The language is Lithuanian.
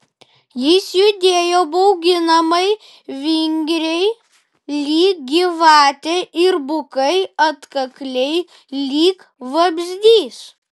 jis judėjo bauginamai vingriai lyg gyvatė ir bukai atkakliai lyg vabzdys